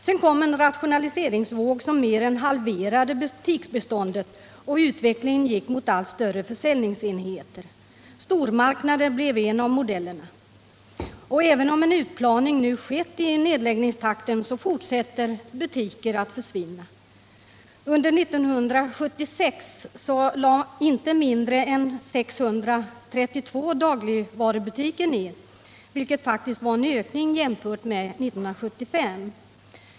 Sedan kom en rationaliseringsvåg, som mer än halverade butiksbeståndet, och utvecklingen gick mot allt större försäljningsenheter. Stormarknader blev en av modellerna. Även om en utplaning nu skett i nedläggningstakten, fortsätter ändå butiker att försvinna. Under år 1976 lades inte mindre än 632 dagligvarubutiker ned, vilket faktiskt var en ökning jämfört med 1975.